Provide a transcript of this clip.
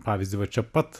pavyzdį va čia pat